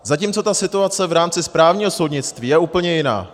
Zatímco ta situace v rámci správního soudnictví je úplně jiná.